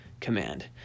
command